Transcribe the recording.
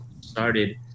started